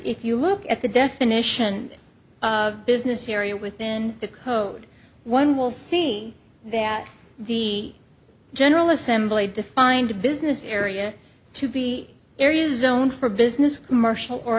if you look at the definition of business area within the code one will see that the general assembly defined a business area to be areas own for business commercial or